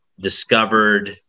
discovered